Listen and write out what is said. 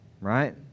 Right